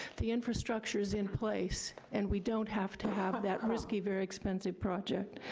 the infrastructure's in place, and we don't have to have that risky very expensive project.